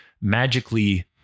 magically